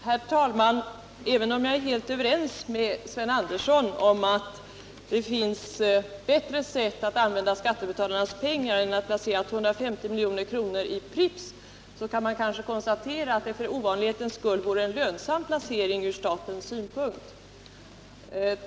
Herr talman! Även om jag är helt överens med Sven Andersson om att det finns bättre sätt att använda skattebetalarnas pengar än att placera 250 milj.kr. i Pripps, kan jag konstatera att det för ovanlighetens skull vore en lönsam placering sett från statens synpunkt.